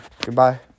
Goodbye